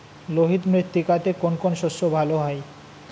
লোহিত মৃত্তিকাতে কোন কোন শস্য ভালো হয়?